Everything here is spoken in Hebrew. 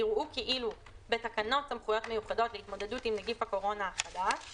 יראו כאילו בתקנות סמכויות מיוחדות להתמודדות עם נגיף הקורונה החדש